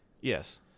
Yes